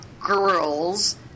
girls